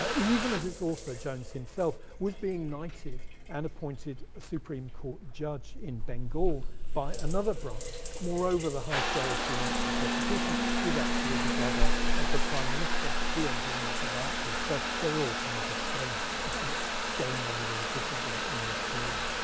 ah even as its author, jones himself, was being knighted and appointed a supreme court judge in bengal by another branch. moreover, the high sheriff who launched the prosecution was actually the brother of the prime minister who engineered the knighthood. so, there are all kinds of strange dynamics going on within officialdom in this period.